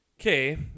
Okay